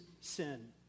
sin